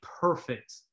perfect